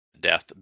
death